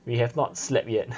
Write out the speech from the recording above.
we have not slept yet